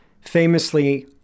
famously